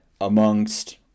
amongst